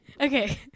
Okay